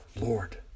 Lord